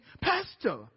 Pastor